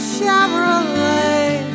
Chevrolet